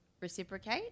reciprocate